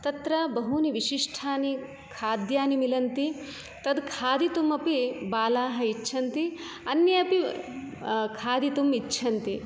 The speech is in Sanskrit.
तत्र बहूनि विशिष्ठानि खाद्यानि मिलन्ति तद् खादितुमपि बालाः इच्छन्ति अन्ये अपि खादितुम् इच्छन्ति